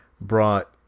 brought